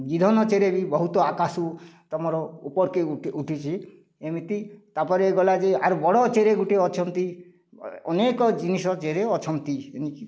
ଗିଧନ ଚେରେ ବି ବହୁତ ଆକାଶକୁ ତମର ଉପର୍ କେ ଉଠି ଉଠିଛି ଏମିତି ତା'ପରେ ଗଲା ଯେ ଆର୍ ବଡ଼ ଚେରେ ଗୋଟେ ଅଛନ୍ତି ଅନେକ ଜିନିଷ ଚେରେ ଅଛନ୍ତି ଏଣିକି